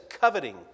Coveting